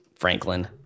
Franklin